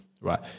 right